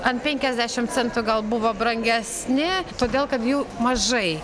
ant penkiasdešim centų gal buvo brangesni todėl kad jų mažai